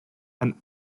and